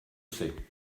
sait